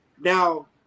Now